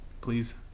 please